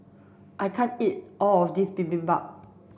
I can't eat all of this Bibimbap